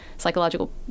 psychological